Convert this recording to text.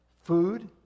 Food